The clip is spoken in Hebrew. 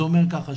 זה אומר ככה,